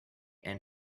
and